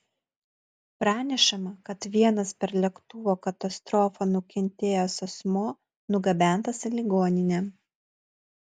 pranešama kad vienas per lėktuvo katastrofą nukentėjęs asmuo nugabentas į ligoninę